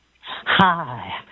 Hi